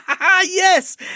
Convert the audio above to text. Yes